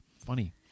funny